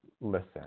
listen